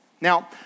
Now